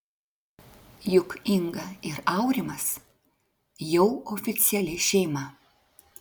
juk inga ir aurimas jau oficiali šeima